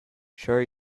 sure